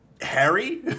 Harry